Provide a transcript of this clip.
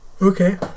Okay